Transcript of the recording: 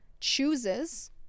chooses